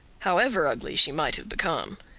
however ugly she might have become.